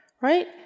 right